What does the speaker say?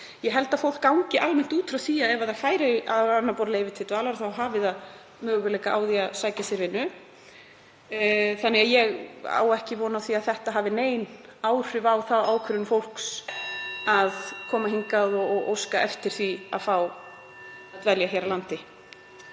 Ég held að fólk gangi almennt út frá því að ef það færi á annað borð leyfi til dvalar þá hafi það möguleika á því að sækja sér vinnu þannig að ég á ekki von á því að þetta hafi nein áhrif á þá ákvörðun (Forseti hringir.) fólks að koma hingað og óska eftir því að fá dvelja hér á landi.